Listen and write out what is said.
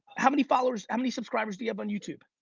how many followers? how many subscribers do you have on youtube?